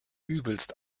übelst